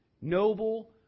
noble